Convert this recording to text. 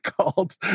called